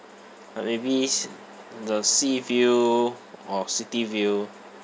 like maybe se~ the sea view or city view